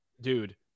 Dude